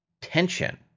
tension